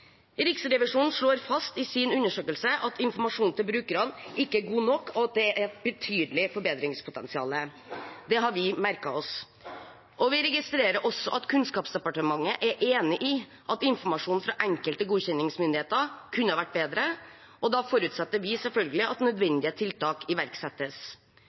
Riksrevisjonen slår fast i sin undersøkelse at informasjonen til brukerne ikke er god nok, og at det er et betydelig forbedringspotensial. Det har vi merket oss. Vi registrerer også at Kunnskapsdepartementet er enig i at informasjonen fra enkelte godkjenningsmyndigheter kunne ha vært bedre, og da forutsetter vi selvfølgelig at nødvendige tiltak iverksettes.